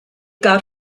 got